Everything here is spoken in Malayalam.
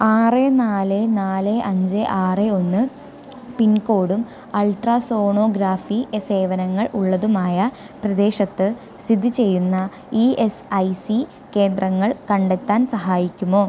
ആറ് നാല് നാല് അഞ്ച് ആറ് ഒന്ന് പിൻ കോഡും അൾട്രാസോണോഗ്രാഫി സേവനങ്ങൾ ഉള്ളതുമായ പ്രദേശത്ത് സ്ഥിതി ചെയ്യുന്ന ഇ എസ് ഐ സി കേന്ദ്രങ്ങൾ കണ്ടെത്താൻ സഹായിക്കുമോ